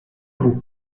vous